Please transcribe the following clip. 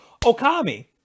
Okami